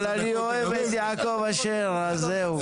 אבל אני אוהב את יעקב אשר אז זהו,